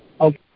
Okay